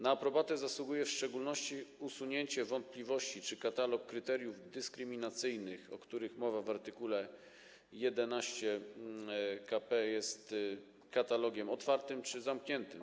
Na aprobatę zasługuje w szczególności usunięcie wątpliwości co do tego, czy katalog kryteriów dyskryminacyjnych, o których mowa w art. 11 k.p., jest katalogiem otwartym czy zamkniętym.